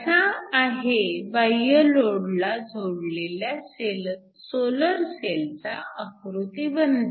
असा आहे बाह्य लोडला जोडलेल्या सोलर सेलचा आकृती बंध